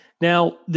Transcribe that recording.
Now